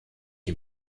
die